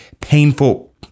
painful